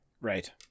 right